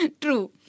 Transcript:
True